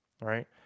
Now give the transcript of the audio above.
right